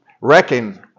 reckon